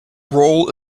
roll